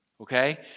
okay